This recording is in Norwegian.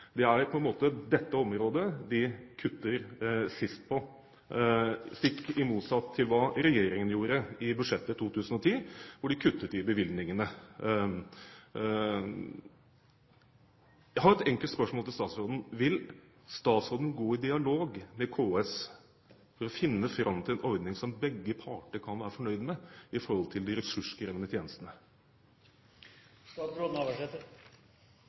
Det er på en måte dette området de kutter sist på, stikk motsatt av hva regjeringen gjorde i budsjettet for 2010, hvor de kuttet i bevilgningene. Jeg har et enkelt spørsmål til statsråden: Vil statsråden gå i dialog med KS for å finne fram til en ordning som begge parter kan være fornøyd med når det gjelder de ressurskrevende